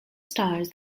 stars